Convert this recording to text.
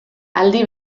aldi